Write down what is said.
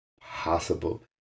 possible